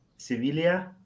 Sevilla